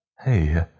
Hey